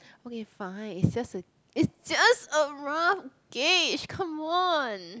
okay fine it's just a it's just a rough gauge come on